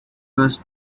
was